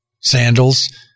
sandals